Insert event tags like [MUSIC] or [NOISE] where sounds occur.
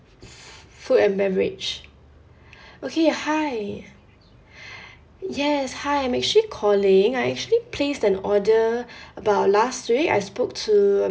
f~ food and beverage [BREATH] okay hi [BREATH] yes hi I'm actually calling I actually placed an order [BREATH] about last week I spoke to